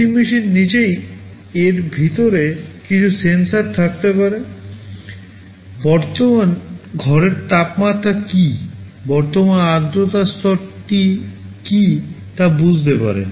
AC machine নিজেই এর ভিতরে কিছু সেন্সর থাকতে পারে বর্তমান ঘরের তাপমাত্রা কী বর্তমান আর্দ্রতা স্তরটি কী তা বুঝতে পারে